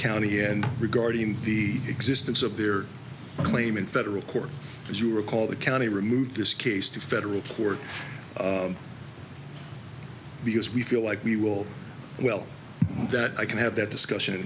county and regarding the existence of their claim in federal court as you recall the county removed this case to federal court because we feel like we will well that i can have that discussion